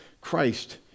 Christ